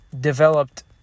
developed